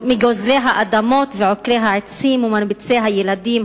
מגוזלי האדמות ועוקרי העצים ומרביצי הילדים,